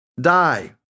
die